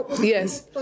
Yes